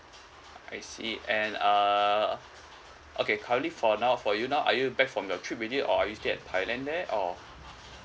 I see and err okay currently for now for you now are you back from your trip already or are you still at thailand there or